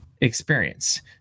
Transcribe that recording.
experience